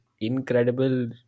incredible